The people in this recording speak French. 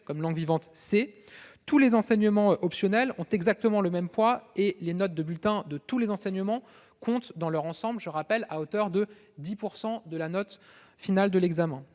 comme langue vivante C, tous les enseignements optionnels ont exactement le même poids et les notes de bulletins de tous les enseignements comptent dans leur ensemble à hauteur de 10 % de la note finale de l'examen.